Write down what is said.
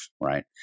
right